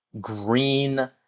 green